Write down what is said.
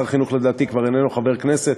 שר החינוך לדעתי כבר איננו חבר כנסת,